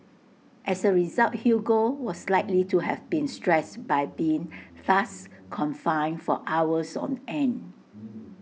as A result Hugo was likely to have been stressed by being thus confined for hours on end